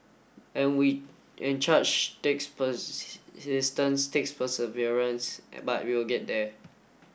and we and charge takes persistence takes perseverance but we'll get there